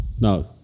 No